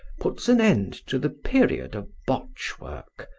puts an end to the period of botch work,